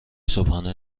صبحانه